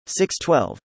612